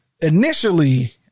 initially